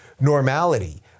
normality